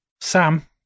Sam